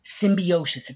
symbiosis